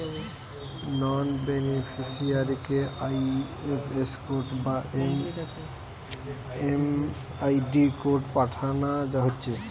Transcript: নন বেনিফিসিয়ারিকে IFS code বা MMID code পাঠানা হচ্ছে